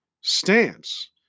stance